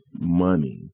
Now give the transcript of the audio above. money